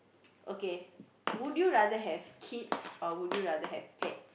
okay would you rather have kids or would you rather have pet